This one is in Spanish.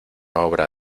obra